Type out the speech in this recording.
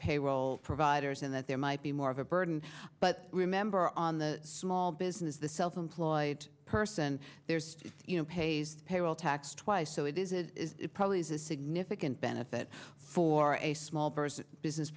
payroll providers and that there might be more of a burden but remember on the small business the self employed person there's you know pays payroll tax twice so it is probably is a significant benefit for a small person business